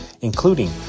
including